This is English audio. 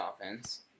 offense